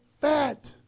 fat